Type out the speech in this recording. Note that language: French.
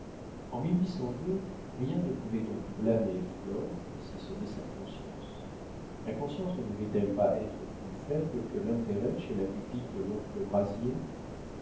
en rien ne pouvait donc blâmer flore si ce n'est sa conscience la conscience ne devait-elle pas être plus faible que l'intérêt chez la pupille de l'oncle brazier